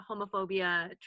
homophobia